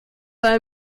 war